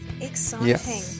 Exciting